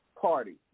party